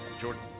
Jordan